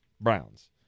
Browns